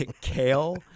Kale